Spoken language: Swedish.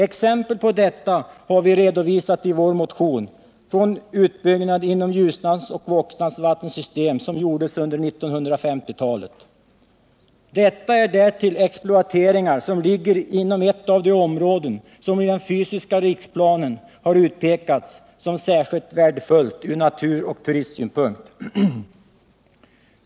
Exempel på detta har vi redovisat i vår motion, nämligen från utbyggnaden inom Ljusnans och Voxnans vattensystem som gjordes under 1950-talet. Detta är därtill exploateringar som ligger inom ett av de områden som i den fysiska riksplanen har utpekats som särskilt värdefulla ur naturoch turistsynpunkt.